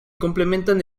complementan